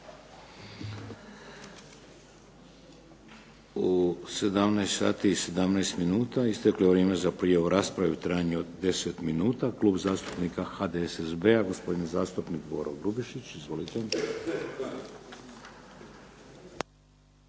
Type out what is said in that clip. i 17 minuta isteklo je vrijeme za prijavu rasprave u trajanju od 10 minuta. Klub zastupnika HDSSB-a, gospodin zastupnik Boro Grubišić. Izvolite.